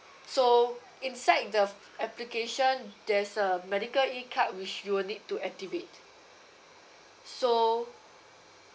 so inside the application there's a medical E card which you will need to activate so